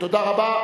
תודה רבה.